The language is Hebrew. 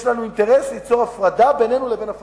יש לנו אינטרס ליצור הפרדה בינינו לבין הפלסטינים.